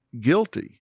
guilty